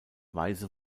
weiße